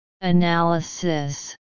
Analysis